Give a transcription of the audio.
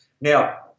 Now